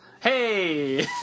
Hey